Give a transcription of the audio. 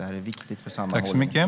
Detta är viktigt för sammanhållningen.